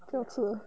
不要吃了